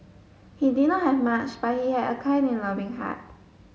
he did not have much but he had a kind and loving heart